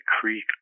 creek